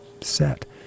set